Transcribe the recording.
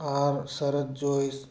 R Sarat choice